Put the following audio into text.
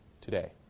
today